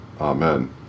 Amen